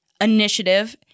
initiative